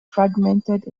fragmented